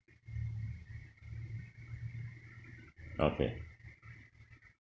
okay